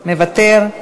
מוותר,